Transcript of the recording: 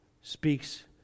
speaks